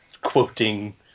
quoting